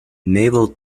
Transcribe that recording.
naval